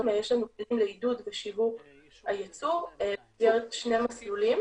יש לנו תוכנית לעידוד ושיווק היצוא במסגרת שני מסלולים